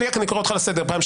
גם אתה לא תפריע.